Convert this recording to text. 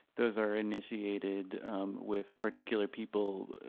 those are initiated with particular people,